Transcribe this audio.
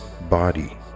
body